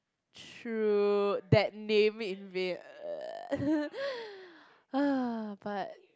true that name in rea~ uh but